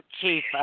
Chief